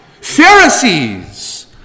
Pharisees